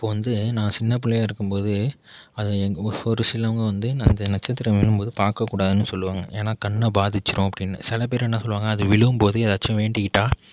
இப்போது வந்து நான் சின்ன பிள்ளையாக இருக்கும்போது அத ஒரு சிலவங்க வந்து அந்த நட்சத்திரம் விழும் போது பார்க்கக்கூடாதுன்னு சொல்லுவாங்க ஏனால் கண்ணை பாதிச்சுடும் அப்படினு சில பேர் என்ன சொல்லுவாங்க அது விழும் போது ஏதாச்சும் வேண்டிகிட்டால்